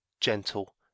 gentle